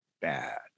bad